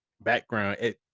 background